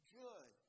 good